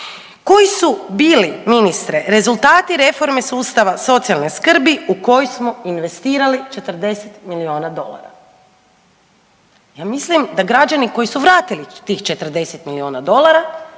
Koji su bili, ministre, rezultati reforme sustava socijalne skrbi u koju smo investirali 40 milijuna dolara? Ja mislim da građani koji su vratili tih 40 milijuna dolara